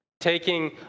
taking